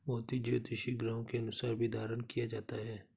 मोती ज्योतिषीय ग्रहों के अनुसार भी धारण किया जाता है